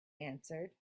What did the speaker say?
answered